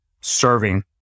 serving